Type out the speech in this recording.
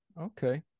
Okay